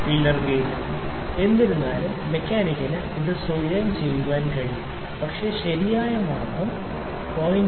feeler gauge എന്നിരുന്നാലും മെക്കാനിക്കിന് ഇത് സ്വയം ചെയ്യാൻ കഴിയും പക്ഷേ ശരിയായ മാർഗ്ഗം 0